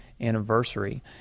anniversary